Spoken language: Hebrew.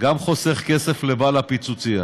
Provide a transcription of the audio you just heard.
גם חוסך לבעל הפיצוצייה